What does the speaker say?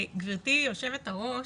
גברתי, יושבת הראש,